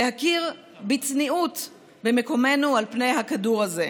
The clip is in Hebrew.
להכיר בצניעות במקומנו על פני הכדור הזה.